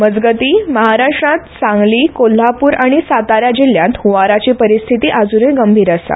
मजगतीं महाराष्ट्रांत सांगली कोल्हापूर आनी सातारा जिल्ल्यात हुंवाराची परिस्थिती अजुनूय गंभीर आसा